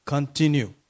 Continue